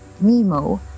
nemo